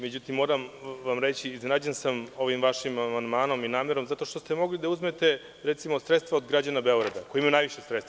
Međutim, moram vam reći da sam iznenađen ovim vašim amandmanom i namerom zato što ste mogli da uzmete, recimo, sredstva od građana Beograda, koji imaju najviše sredstava.